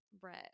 Brett